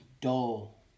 dull